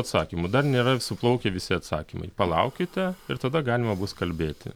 atsakymų dar nėra suplaukę visi atsakymai palaukite ir tada galima bus kalbėti